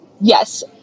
Yes